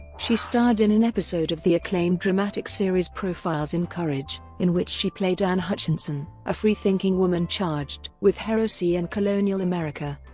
she starred in an episode of the acclaimed dramatic series profiles in courage, in which she played anne hutchinson, a free-thinking woman charged with heresy in and colonial america.